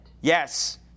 Yes